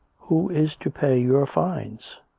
who is to pay your fines.